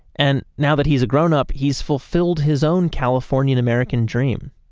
and now that he's a grown-up, he's fulfilled his own californian american dream.